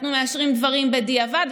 אנחנו מאשרים דברים בדיעבד,